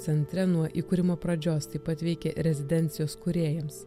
centre nuo įkūrimo pradžios taip pat veikė rezidencijos kūrėjams